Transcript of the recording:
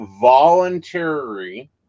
voluntary